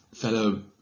fellow